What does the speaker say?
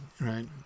right